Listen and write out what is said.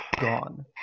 gone